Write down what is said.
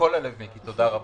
מכל הלב, תודה רבה.